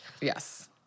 Yes